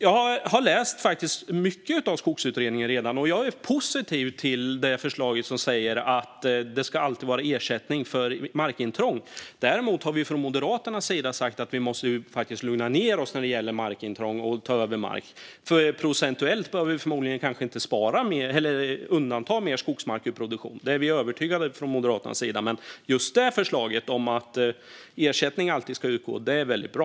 Jag har faktiskt redan läst mycket av Skogsutredningen, och jag är positiv till förslaget att det alltid ska utgå ersättning för markintrång. Däremot har vi från Moderaternas sida sagt att vi måste lugna ned oss när det gäller markintrång och att ta över mark. Procentuellt behöver vi förmodligen inte undanta mer skogsmark från produktion. Det är vi övertygade om från Moderaternas sida. Men just förslaget om att ersättning alltid ska utgå är väldigt bra.